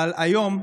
אבל היום,